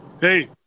Hey